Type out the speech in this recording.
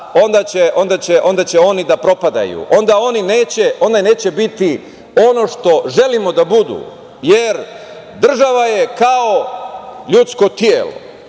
onda će oni da propadaju, onda oni neće biti ono što želimo da budu jer država je kao ljudsko telo.